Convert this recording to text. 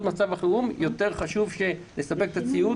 מצב החירום חשוב יותר לספק את הציוד,